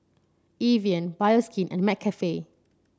Evian Bioskin and McCafe